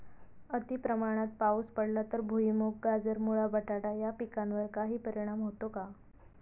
अतिप्रमाणात पाऊस पडला तर भुईमूग, गाजर, मुळा, बटाटा या पिकांवर काही परिणाम होतो का?